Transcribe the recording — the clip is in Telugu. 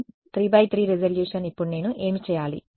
అధిక రిజల్యూషన్ 3 × 3 రిజల్యూషన్ ఇప్పుడు నేను ఏమి చేయాలి